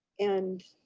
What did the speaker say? and